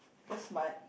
that's smart